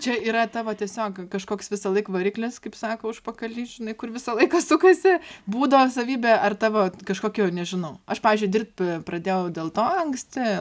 čia yra tavo tiesiog kažkoks visąlaik variklis kaip sako užpakaly žinai kur visą laiką sukasi būdo savybė ar tavo kažkokio nežinau aš pavyzdžiui dirb pradėjau dėl to anksti